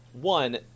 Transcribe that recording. one